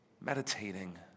meditating